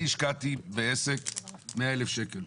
אני השקעתי בעסק 100,000 שקלים.